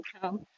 come